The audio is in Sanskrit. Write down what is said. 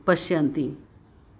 पश्यन्ति